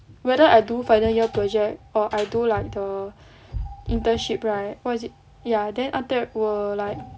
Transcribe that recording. whether I do final year project or I do like the internship right what is it ya then after that 我 like